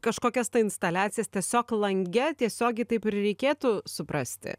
kažkokias tai instaliacijas tiesiog lange tiesiogiai taip ir reikėtų suprasti